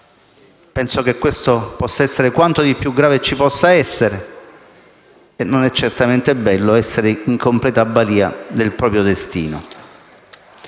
proprio futuro. Ciò è quanto di più grave ci possa essere: non è certamente bello essere in completa balia del proprio destino.